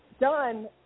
done